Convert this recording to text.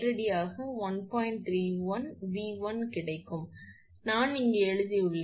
31𝑉1 கிடைக்கும் நான் இங்கு எழுதியுள்ளேன்